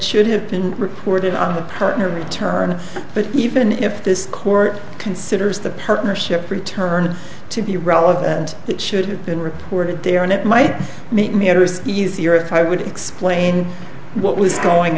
should have been recorded on a partner return but even if this court considers the partnership return to be relevant it should have been reported there and it might meet me it was easier if i would explain what was going